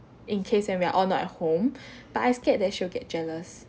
in case when we are all not at home but I scared that she'll get jealous